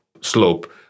slope